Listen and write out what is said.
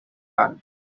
planet